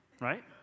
right